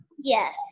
Yes